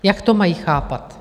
Jak to mají chápat?